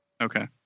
Okay